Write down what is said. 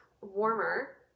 warmer